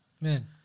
man